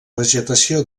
vegetació